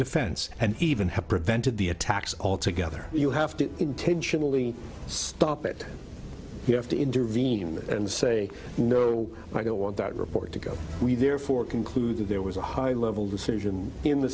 defense and even have prevented the attacks altogether you have to intentionally stop it you have to intervene and say you know i don't want that report to go we therefore conclude that there was a high level decision in the